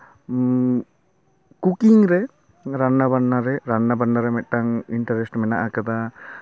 cooking ᱨᱮ ᱨᱟᱱᱱᱟ ᱵᱟᱱᱱᱟ ᱨᱮ ᱨᱟᱱᱱᱟ ᱵᱟᱱᱱᱟ ᱨᱮ ᱢᱤᱫᱴᱟᱝ ᱤᱱᱴᱟᱨᱮᱥᱴ ᱢᱮᱱᱟᱜ ᱠᱟᱫᱟ